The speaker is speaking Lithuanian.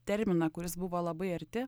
terminą kuris buvo labai arti